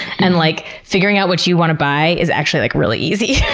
and like figuring out what you wanna buy is actually, like, really easy,